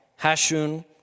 Hashun